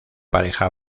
pareja